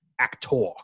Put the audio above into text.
actor